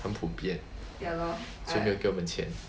很普遍 so 没有给我们钱